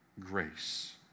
grace